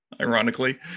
ironically